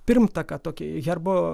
pirmtaką tokį herbo